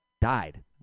Died